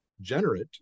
generate